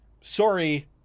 Sorry